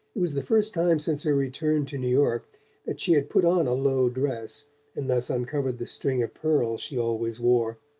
it was the first time since her return to new york that she had put on a low dress and thus uncovered the string of pearls she always wore.